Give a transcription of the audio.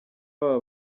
aba